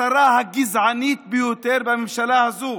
השרה גזענית ביותר בממשלה הזו,